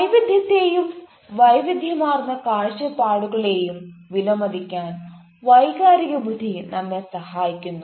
വൈവിധ്യത്തെയും വൈവിധ്യമാർന്ന കാഴ്ചപ്പാടുകളെയും വിലമതിക്കാൻ വൈകാരിക ബുദ്ധി നമ്മളെ സഹായിക്കുന്നു